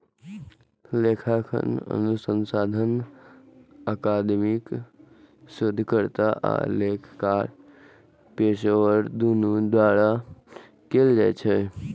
लेखांकन अनुसंधान अकादमिक शोधकर्ता आ लेखाकार पेशेवर, दुनू द्वारा कैल जाइ छै